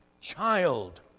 child